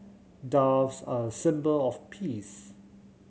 doves are a symbol of peace